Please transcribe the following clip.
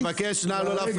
תאגד אותי עם ג'סר א-זרקא סבבה.